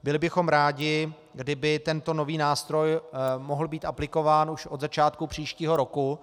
Byli bychom rádi, kdyby tento nový nástroj mohl být aplikován už od začátku příštího roku.